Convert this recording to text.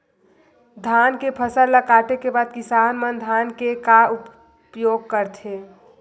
धान के फसल ला काटे के बाद किसान मन धान के का उपयोग करथे?